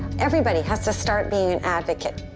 everybody has to start being an advocate.